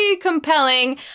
compelling